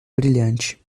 brilhante